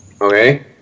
Okay